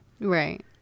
Right